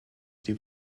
die